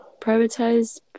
Privatized